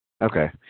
Okay